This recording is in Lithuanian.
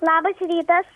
labas rytas